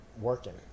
working